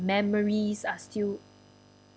memories are still